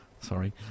Sorry